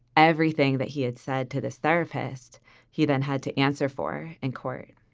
everything that he had said to this therapist he then had to answer for in court.